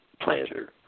planter